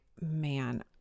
man